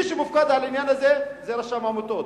מי שמופקד על העניין הזה זה רשם העמותות.